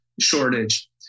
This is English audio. shortage